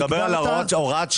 אתה מדבר על הוראת שעה.